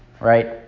right